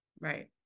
Right